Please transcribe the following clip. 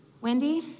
Wendy